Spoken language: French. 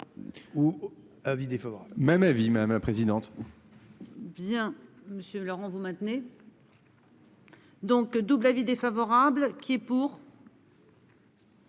Ou avis défavorable. Même avis madame la présidente. Bien monsieur Laurent, vous maintenez. Donc double avis défavorable qui est pour.